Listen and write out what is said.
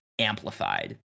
amplified